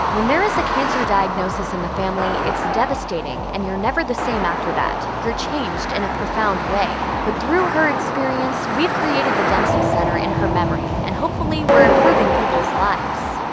when there is a cancer diagnosis in the family, it's devastating and you're never the same after that, you're changed in a profound way. but through her experience, we've created the dempsey center in her memory, and hopefully we're improving people's lives.